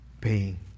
paying